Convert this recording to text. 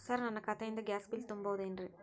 Sir ನನ್ನ ಖಾತೆಯಿಂದ gas bill ತುಂಬಹುದೇನ್ರಿ?